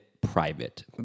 private